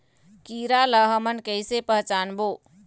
कीरा ला हमन कइसे पहचानबो?